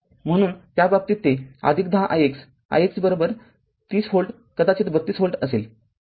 म्हणून त्या बाबतीत ते१० ix ix ३० व्होल्ट कदाचित ३२ व्होल्ट असेल